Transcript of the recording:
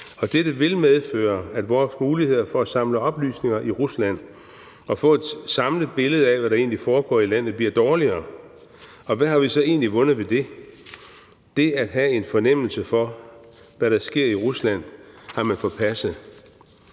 dette vil medføre, at vores muligheder for at samle oplysninger i Rusland og få et samlet billede af, hvad der egentlig foregår i landet, bliver dårligere, og hvad har vi så egentlig vundet ved det? Det at have en fornemmelse for, hvad der sker i Rusland, har man forpasset.